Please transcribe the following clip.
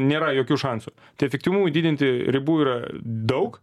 nėra jokių šansų tai efektyvumui didinti ribų yra daug